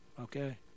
Okay